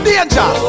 Danger